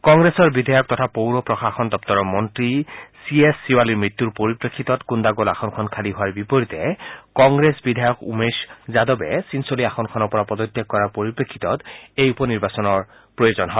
কংগ্ৰেছৰ বিধায়ক তথা পৌৰ প্ৰশাসনৰ মন্ত্ৰী চি এছ চিবালীৰ মৃত্যু হোৱাৰ পৰিপ্ৰেক্ষিতত কুণ্ডাগল আসনখন খালী হোৱাৰ বিপৰীতে কংগ্ৰেছৰ বিধায়ক উমেশ যাদৱে চীনচোলি আসনখনৰ পৰা পদত্যাগ কৰাৰ পৰিপ্ৰেক্ষিতত এই উপ নিৰ্বাচনৰ প্ৰয়োজন হয়